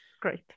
great